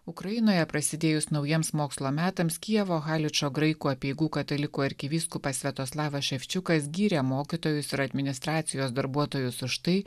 ukrainoje prasidėjus naujiems mokslo metams kijevo haličo graikų apeigų katalikų arkivyskupas sviatoslavas ševčiukas gyrė mokytojus ir administracijos darbuotojus už tai